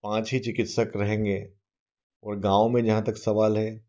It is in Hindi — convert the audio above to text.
पाँच ही चिकित्सक रहेंगे और गाँव में जहाँ तक सवाल है